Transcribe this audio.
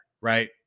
right